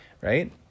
right